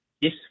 Yes